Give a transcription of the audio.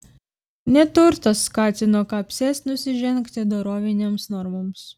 neturtas skatino kapses nusižengti dorovinėms normoms